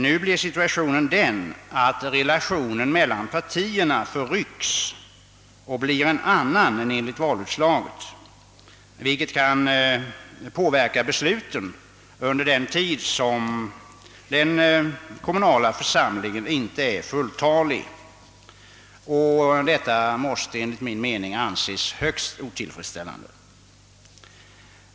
Nu uppstår den situationen att relationen mellan partierna förryckes och blir en annan än enligt valutslaget, vilket kan påverka besluten under den tid då den kommunala församlingen inte är fulltalig. Detta måste enligt min mening anses högst otillfredsställande.